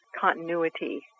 continuity